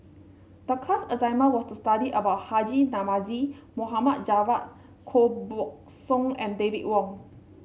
the class assignment was to study about Haji Namazie Mohd Javad Koh Buck Song and David Wong